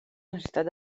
necessitat